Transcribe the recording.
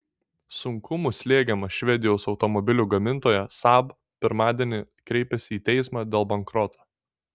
sunkumų slegiama švedijos automobilių gamintoja saab pirmadienį kreipėsi į teismą dėl bankroto